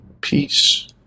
peace